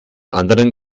anderen